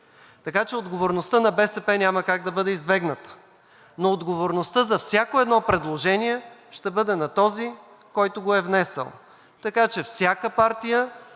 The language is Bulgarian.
Така че отговорността на БСП няма как да бъде избегната, но отговорността за всяко едно предложение ще бъде на този, който го е внесъл, така че всяка партия